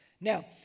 Now